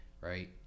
Right